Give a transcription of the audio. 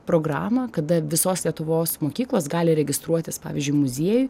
programą kada visos lietuvos mokyklos gali registruotis pavyzdžiui muziejuj